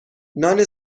نان